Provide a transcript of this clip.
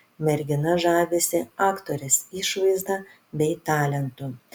mergina žavisi aktorės išvaizda bei talentu